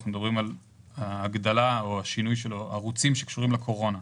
אנחנו מדברים על הערוצים שקשורים לקורונה.